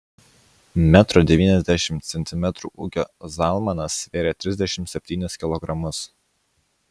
metro devyniasdešimt centimetrų ūgio zalmanas svėrė trisdešimt septynis kilogramus